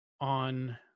on